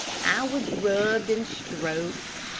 i was rubbed and stroked,